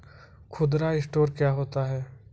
खुदरा स्टोर क्या होता है?